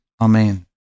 Amen